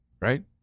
right